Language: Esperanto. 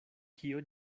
kio